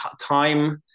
time